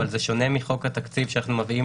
אבל בשונה מחוק התקציב שאנחנו מביאים